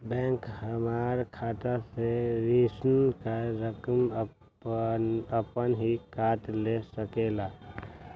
Bank हमार खाता से ऋण का रकम अपन हीं काट ले सकेला?